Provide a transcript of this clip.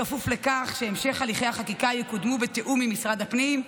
בכפוף לכך שבהמשך הליכי החקיקה יקודמו בתיאום עם משרד הפנים,